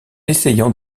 essayant